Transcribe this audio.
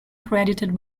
credited